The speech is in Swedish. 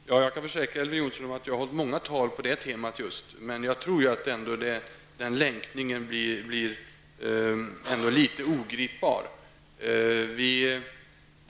Herr talman! Jag kan försäkra Elver Jonsson att jag har hållit många tal på det temat. Men jag tror att den länkningen blir litet ogripbar.